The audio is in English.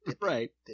Right